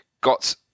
got